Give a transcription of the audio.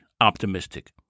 optimistic